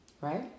Right